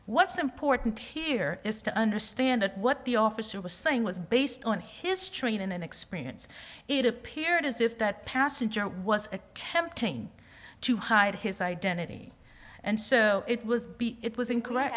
what's important here is to understand what the officer was saying was based on his training and experience it appeared as if that passenger was attempting to hide his identity and so it was it was inco